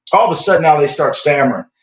all of a sudden now they start stammering.